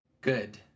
Good